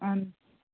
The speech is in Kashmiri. اہن حظ